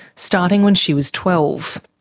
starting when she was twelve.